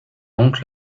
donc